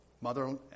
mother